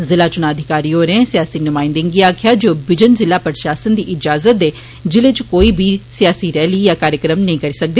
ज़िला चुनां अधिकारी होरें सियासी नुमायंदे गी आक्खेआ जे बिजन ज़िला प्रषासन दी इजाजत दे ज़िले च कोई बी सियासी रैली या कार्यक्रम नेई होई सकदा